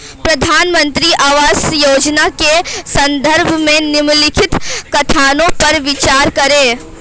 प्रधानमंत्री आवास योजना के संदर्भ में निम्नलिखित कथनों पर विचार करें?